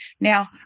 Now